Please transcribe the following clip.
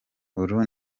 uru